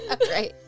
Right